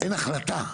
אין החלטה.